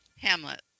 Hamlet